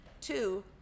Two